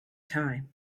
time